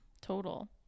total